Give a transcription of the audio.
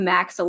Max